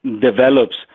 develops